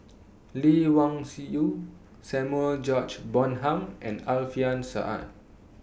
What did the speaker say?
Lee Wung Yew Samuel George Bonham and Alfian Sa'at